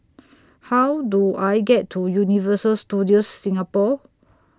How Do I get to Universal Studios Singapore